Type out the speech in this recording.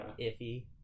iffy